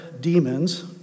Demons